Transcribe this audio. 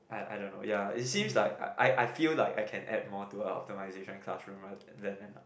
I I don't know ya it seems like I I feel like I can add more to a optimisation classroom rather than a